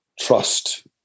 trust